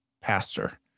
pastor